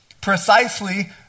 precisely